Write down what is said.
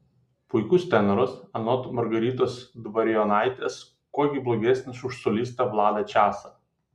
puikus tenoras anot margaritos dvarionaitės kuo gi blogesnis už solistą vladą česą